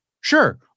Sure